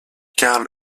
karl